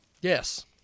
Yes